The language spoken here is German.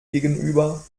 gegenüber